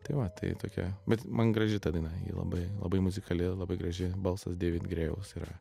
tai va tai tokia bet man graži ta daina ji labai labai muzikali labai graži balsas deivid grėjaus yra